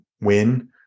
win